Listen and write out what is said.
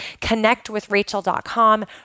connectwithrachel.com